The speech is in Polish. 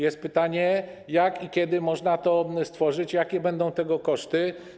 Jest pytanie: Jak i kiedy można to stworzyć, jakie będą tego koszty?